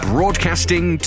Broadcasting